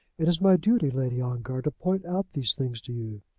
it is my duty, lady ongar, to point out these things to you.